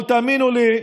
אבל תאמינו לי,